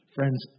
Friends